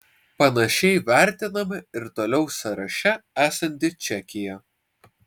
panašiai vertinama ir toliau sąraše esanti čekija